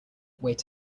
wait